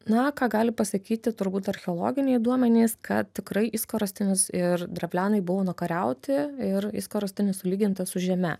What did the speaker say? na ką gali pasakyti turbūt archeologiniai duomenys kad tikrai įskorostinis ir drevlianai buvo nukariauti ir įskorostinis sulygintas su žeme